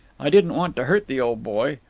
i didn't want to hurt the old boy.